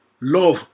Love